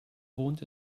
wohnt